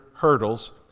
Hurdles